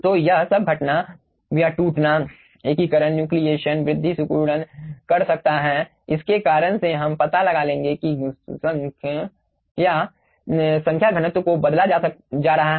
तो यह सब घटना यह टूटना एकीकरण न्यूक्लिेशन वृद्धि सिकुड़न कर सकता है इस कारण से हम पता लगा लेंगे कि संख्या घनत्व को बदला जा रहा है